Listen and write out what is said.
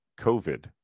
COVID